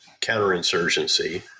counterinsurgency